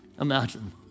imagine